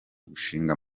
gushinga